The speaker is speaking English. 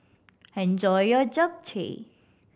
enjoy your Japchae